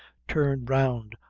turned round,